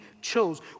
chose